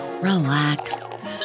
relax